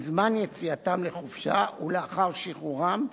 בזמן יציאתם לחופשה ולאחר שחרורם,